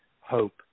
hope